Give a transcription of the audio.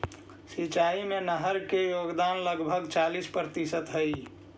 सिंचाई में नहर के योगदान लगभग चालीस प्रतिशत हई